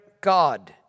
God